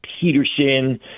Peterson